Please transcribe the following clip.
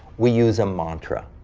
we use a mantra.